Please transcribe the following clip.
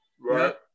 Right